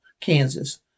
Kansas